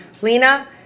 Lena